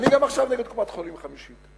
אני גם עכשיו נגד קופת-חולים חמישית.